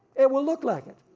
it will look like it,